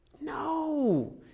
No